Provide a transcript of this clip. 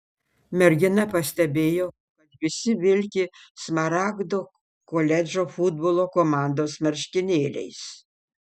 mergina pastebėjo kad visi vilki smaragdo koledžo futbolo komandos marškinėliais